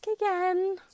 again